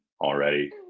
already